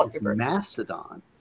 Mastodon